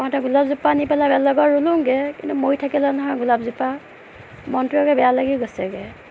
পাৰোঁতে গোলাপজোপা নি পেলাই বেলেগত ৰুলোগে কিন্তু মৰি থাকিলে নহয় গোলাপজোপা মনটো একে বেয়া লাগি গৈছেগে